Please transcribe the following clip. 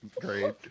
Great